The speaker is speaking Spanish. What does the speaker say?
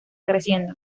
creciendo